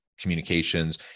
communications